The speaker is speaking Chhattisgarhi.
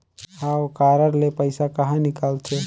हव कारड ले पइसा कहा निकलथे?